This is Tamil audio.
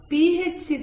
B H 6